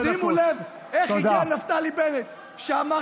שימו לב איך הגיע נפתלי בנט, שאמר